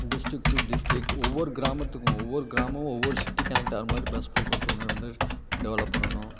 district to district ஒவ்வொரு கிராமத்துக்கும் ஒவ்வொரு கிராமம் ஒவ்வொரு சிட்டி கனெக்ட் ஆகிற மாதிரி பஸ் போக்குவரத்து இன்னொன்னு வந்து டெவலப் பண்ணணும்